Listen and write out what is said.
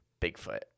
Bigfoot